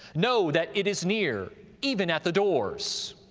know that it is near, even at the doors.